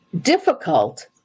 difficult